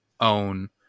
own